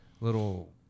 little